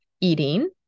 eating